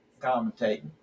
commentating